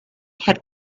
had